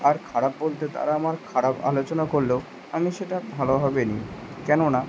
আর খারাপ বলতে তারা আমার খারাপ আলোচনা করলেও আমি সেটা ভালোভাবে নিই কেননা